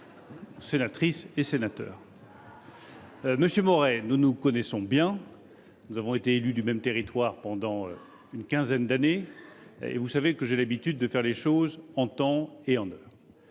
mes meilleurs vœux. Monsieur Maurey, nous nous connaissons bien – nous avons été élus du même territoire pendant une quinzaine d’années – et vous savez que j’ai l’habitude de faire les choses en temps et en heure.